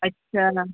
ଆଚ୍ଛା